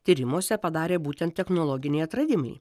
tyrimuose padarė būtent technologiniai atradimai